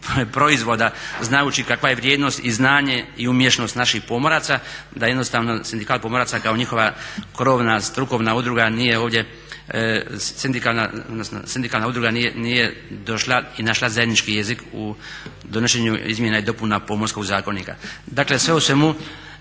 proizvoda znajući kakva je vrijednost i znanje i umješnost naših pomoraca da jednostavno sindikat pomoraca kao njihova krovna strukovna udruga nije ovdje, sindikalna udruga nije došla i našla zajednički jezik u donošenju izmjena i dopuna Pomorskog zakonika. Dakle, sve u svemu